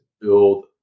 build